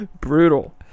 Brutal